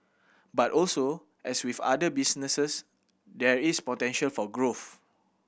but also as with other businesses there is potential for growth